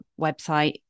website